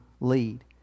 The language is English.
lead